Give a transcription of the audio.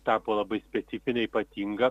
tapo labai specifinė ypatinga